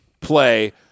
play